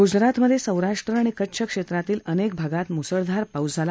गुजरातमध सौराष्ट्र आणि कच्छ क्षस्तील अनक्ती भागात मुसळधार पाऊस झाला